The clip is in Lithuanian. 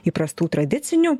įprastų tradicinių